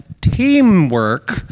teamwork